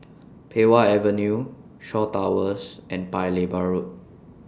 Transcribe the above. Pei Wah Avenue Shaw Towers and Paya Lebar Road